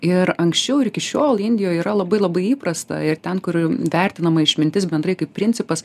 ir anksčiau iki šiol indijoj yra labai labai įprasta ir ten kur vertinama išmintis bendrai kaip principas